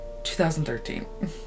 2013